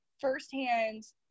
firsthand